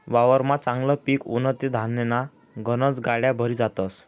वावरमा चांगलं पिक उनं ते धान्यन्या गनज गाड्या भरी जातस